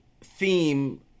theme